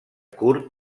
kurd